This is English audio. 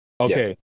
Okay